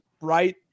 right